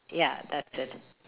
ya that's it